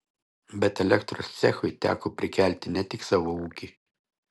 bet elektros cechui teko prikelti ne tik savo ūkį